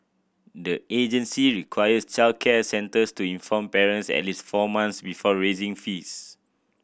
the agency requires childcare centres to inform parents at least four months before raising fees